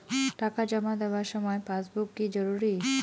টাকা জমা দেবার সময় পাসবুক কি জরুরি?